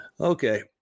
Okay